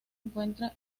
encuentra